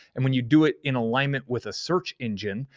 and when you do it in alignment with a search engine,